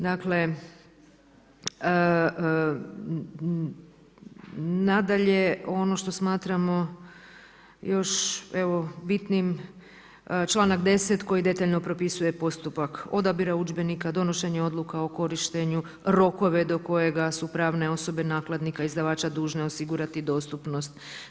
Dakle, nadalje, ono što smatramo još bitnim čl. 10. koji detaljno propisuje postupak odabira udžbenika, donošenje odluka o korištenju, rokove do kojega su pravne osobe, nakladnika, izdavača dužne osigurati dostupnost.